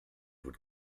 would